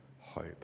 hope